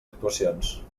actuacions